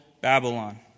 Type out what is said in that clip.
Babylon